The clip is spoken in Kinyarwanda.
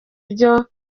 byo